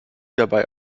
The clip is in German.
dabei